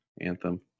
Anthem